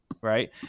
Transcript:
right